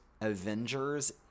Avengers